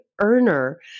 earner